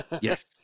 Yes